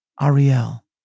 Ariel